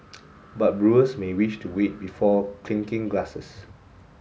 but brewers may wish to wait before clinking glasses